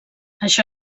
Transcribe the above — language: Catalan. això